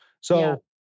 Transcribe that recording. So-